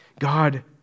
God